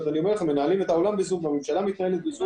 אני אומר לכם שמנהלים את העולם ב-זום והממשלה מתנהלת ב-זום.